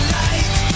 light